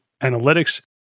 analytics